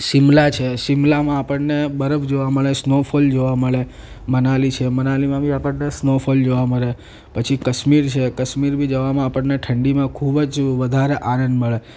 જેવું કે શિમલા છે શિમલામાં આપણને બરફ જોવા મળે છે સ્નોફોલ જોવા મળે મનાલી છે મનાલીમાં બી આપણને સ્નોફોલ જોવા મળે પછી કાશ્મીર છે કાશ્મીર બી જવામાં આપણને ઠંડીમાં ખૂબ જ વધારે આનંદ મળે